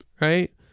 Right